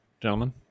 gentlemen